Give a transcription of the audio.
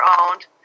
owned